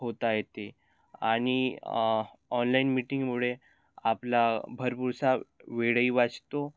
होता येते आणि ऑनलाईन मीटिंगमुळे आपला भरपूरसा वेळही वाचतो